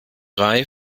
reihe